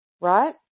right